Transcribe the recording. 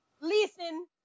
listen